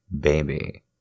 baby